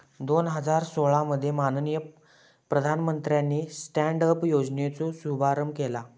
दोन हजार सोळा मध्ये माननीय प्रधानमंत्र्यानी स्टॅन्ड अप योजनेचो शुभारंभ केला